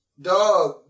Dog